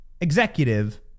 executive